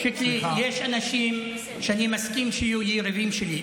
שיקלי, יש אנשים שאני מסכים שיהיו יריבים שלי.